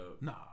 Nah